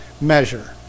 measure